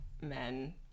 men